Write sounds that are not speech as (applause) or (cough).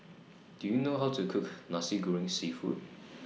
Do YOU know How to Cook Nasi Goreng Seafood (noise)